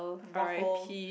ruffle